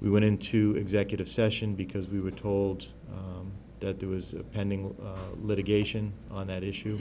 we went into executive session because we were told that there was a pending litigation on that issue